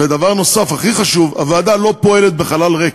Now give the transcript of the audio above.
ודבר נוסף, הכי חשוב, הוועדה לא פועלת בחלל ריק.